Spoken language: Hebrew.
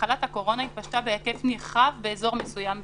"...שמחלת הקורונה התפשטה בהיקף נרחב באזור מסוים בישראל".